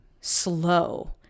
slow